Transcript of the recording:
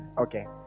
Okay